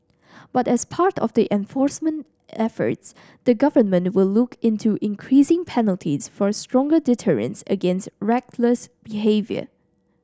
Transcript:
but as part of the enforcement efforts the government will look into increasing penalties for stronger deterrence against reckless behaviour